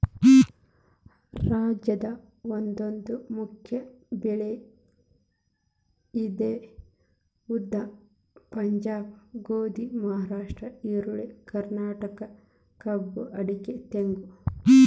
ರಾಜ್ಯದ ಒಂದೊಂದು ಮುಖ್ಯ ಬೆಳೆ ಇದೆ ಉದಾ ಪಂಜಾಬ್ ಗೋಧಿ, ಮಹಾರಾಷ್ಟ್ರ ಈರುಳ್ಳಿ, ಕರ್ನಾಟಕ ಕಬ್ಬು ಅಡಿಕೆ ತೆಂಗು